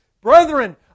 Brethren